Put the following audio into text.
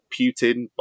Putin